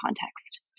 context